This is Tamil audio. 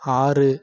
ஆறு